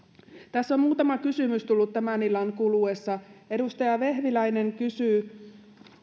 tässä on muutama kysymys tullut tämän illan kuluessa edustaja vehviläinen kysyi